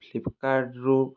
Flipkart ରୁ